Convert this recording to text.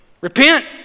Repent